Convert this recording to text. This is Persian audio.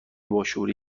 باشعوری